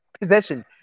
possession